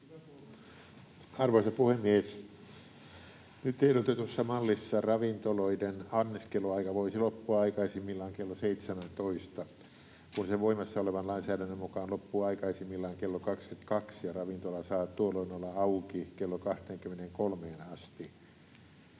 Arvoisa puhemies! Nyt ehdotetussa mallissa ravintoloiden anniskeluaika voisi loppua aikaisimmillaan kello 17, kun se voimassa olevan lainsäädännön mukaan loppuu aikaisimmillaan kello 22 ja ravintola saa tuolloin olla auki kello 23:een asti.